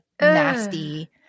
nasty